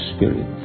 Spirit